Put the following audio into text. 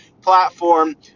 platform